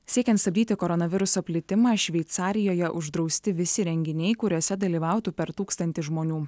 siekiant stabdyti koronaviruso plitimą šveicarijoje uždrausti visi renginiai kuriuose dalyvautų per tūkstantį žmonių